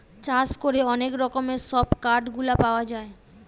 চাষ করে অনেক রকমের সব কাঠ গুলা পাওয়া যায়